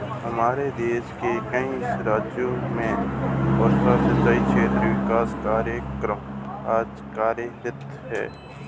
हमारे देश के कई राज्यों में वर्षा सिंचित क्षेत्र विकास कार्यक्रम आज कार्यरत है